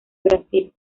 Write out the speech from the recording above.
brasil